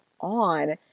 on